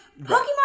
Pokemon